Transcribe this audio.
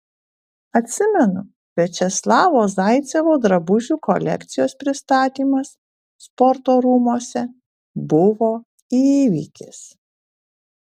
atsimenu viačeslavo zaicevo drabužių kolekcijos pristatymas sporto rūmuose buvo įvykis